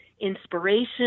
inspiration